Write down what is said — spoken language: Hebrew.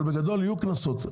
אבל בגדול יהיו קנסות.